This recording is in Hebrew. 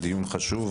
זה דיון חשוב,